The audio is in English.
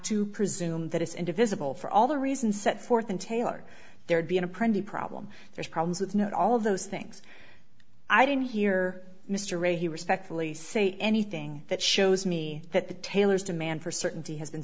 to presume that it's indivisible for all the reason set forth and tailored there'd be a pretty problem there's problems if not all of those things i didn't hear mr ray he respectfully say anything that shows me that the taylors demand for certainty has been